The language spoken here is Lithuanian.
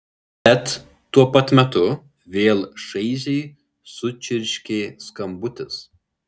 bet tuo pat metu vėl šaižiai sučirškė skambutis